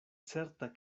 certa